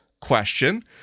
question